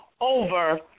over